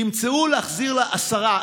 תמצאו להחזיר לה 10%,